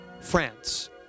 France